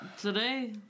today